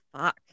fuck